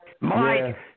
Mike